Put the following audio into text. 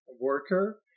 worker